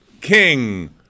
King